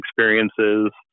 experiences